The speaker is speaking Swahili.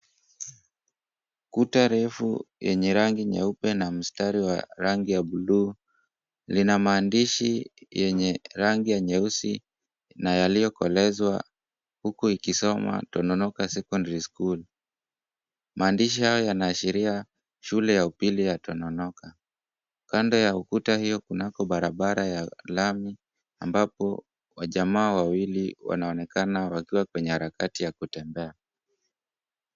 Kuta refu yenye rangi nyeupe na mstari wa rangi ya buluu lina maandishi yenye rangi ya nyeusi na yaliyokolezwa huku ikosoma Tononoka Secondary School. Maandishi hayo yanaashiria shule ya upili ya Tononoka. Kando ya ukuta hiyo kunako barabara ya lami ambapo wajamaa wawili wanaoneka wakiwa kwenye harakati ya kutembea.